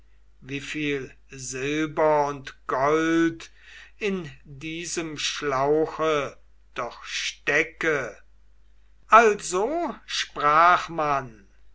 wieviel silber und gold in diesem schlauche doch stecke also sprach man